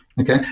Okay